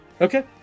okay